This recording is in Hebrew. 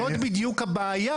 זאת בדיוק הבעיה,